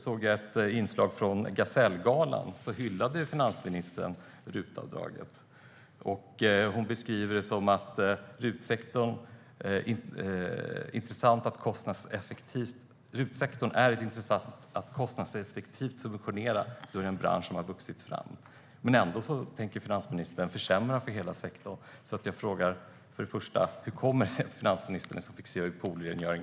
På Gasellgalan hyllade finansministern RUT-avdraget och beskrev att RUT-sektorn är intressant och att det är kostnadseffektivt att subventionera denna bransch som vuxit fram. Ändå tänker finansministern försämra för hela sektorn. För det första: Hur kommer det sig att finansministern är så fixerad vid poolrengöring?